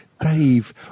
Dave